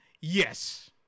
Yes